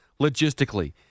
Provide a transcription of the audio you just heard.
logistically